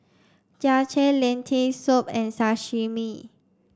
Japchae Lentil soup and Sashimi